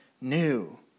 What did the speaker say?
new